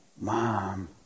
Mom